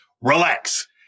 Relax